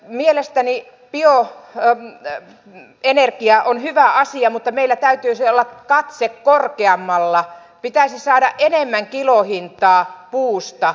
mielestäni bioenergia on hyvä asia mutta meillä täytyisi olla katse korkeammalla pitäisi saada enemmän kilohintaa puusta